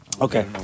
Okay